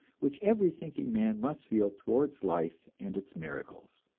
which every thinking man must feel towards life and its miracles.